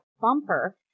Bumper